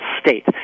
state